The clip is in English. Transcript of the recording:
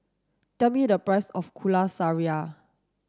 tell me the price of Kuih Syara